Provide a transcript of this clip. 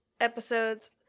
episodes